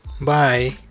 Bye